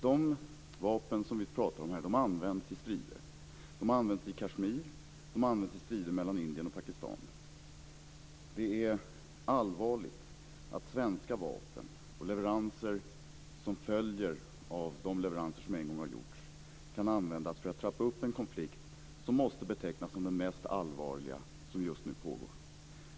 De vapen som vi pratar om här används i strider i Kashmir, i strider mellan Indien och Pakistan. Det är allvarligt att svenska vapen och leveranser som följer av de leveranser som en gång har gjorts kan användas för att trappa upp en konflikt som måste betecknas som den mest allvarliga som nu pågår.